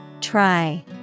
Try